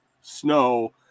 snow